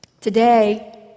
Today